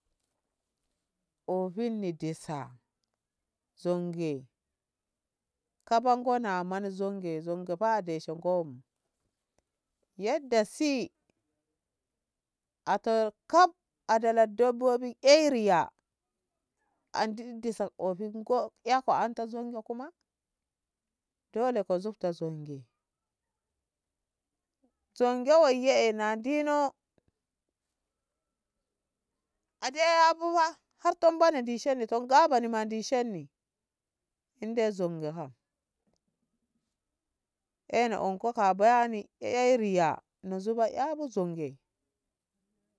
O fin ne desa zonge kaba ngona mana zonge zonge fa deshen ngobu yadda se atar kaf adala dabbobi eriya andi di sa ofin ko ako anta zonge kuma dole ko zubta zonge zonge wai yee eh na dino a nde abu fa har tom bano ndishenni to nga bani ma ndishenni inde zonge ha, ena onko ka bayani eriya no zuba e bu zonge.